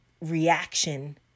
reaction